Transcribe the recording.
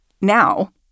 Now